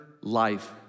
life